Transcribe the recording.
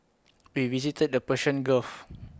we visited the Persian gulf